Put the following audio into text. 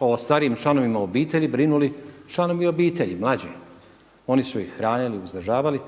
o starijim članovima obitelji brinuli članovi obitelji mlađi. Oni su ih hranili, uzdržavali